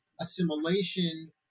assimilation